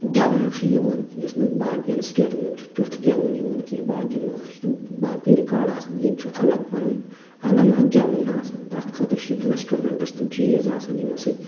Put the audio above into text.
گٮ۪وُن چھُ یِوان یُس نہٕ باقین سِٹیٹَن منٛز چھُ تٮُ۪تھ گٮ۪وُن یِوان کیٚنٛہہ باقین منٛز ہسا چھِ تِم باقٕے ریکاڑ آسان ییٚتہِ چھُ اَلگ پَنُن الگ اکھ گٮ۪وُن آسان تَتھ خٲطرٕ چھِ یِم اِنسٹروٗمٮ۪نٛٹٔس تِم چیٖز آسان یِمَو سۭتۍ